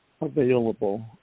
available